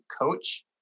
coach